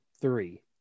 Three